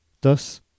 Thus